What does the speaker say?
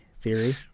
theory